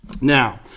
Now